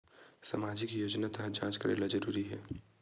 सामजिक योजना तहत जांच करेला जरूरी हे